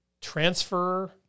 transfer